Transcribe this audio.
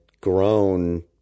grown